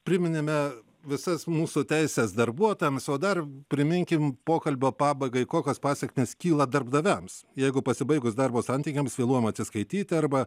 priminėme visas mūsų teises darbuotojams o dar priminkime pokalbio pabaigai kokios pasekmės kyla darbdaviams jeigu pasibaigus darbo santykiams vėluojama atsiskaityti arba